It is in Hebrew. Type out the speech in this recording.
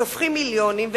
שופכים מיליונים,